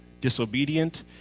disobedient